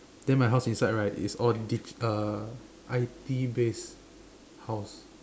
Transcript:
then my house inside right is all digital uh I_T based house